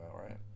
right